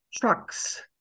trucks